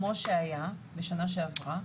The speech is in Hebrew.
כמו שהיה בשנה שעברה,